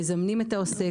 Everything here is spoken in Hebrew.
מזמנים את העוסק,